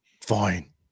Fine